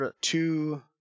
two